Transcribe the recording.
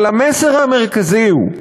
אבל המסר המרכזי הוא: